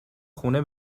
خونه